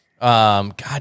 God